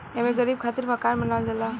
एमे गरीब खातिर मकान बनावल जाला